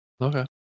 Okay